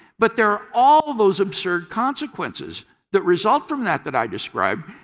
but there are all of those absurd consequences that result from that that i described.